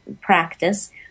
practice